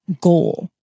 goal